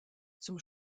zum